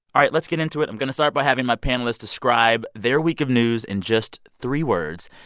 all right. let's get into it. i'm going to start by having my panelists describe their week of news in just three words.